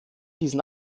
diesen